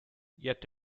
yet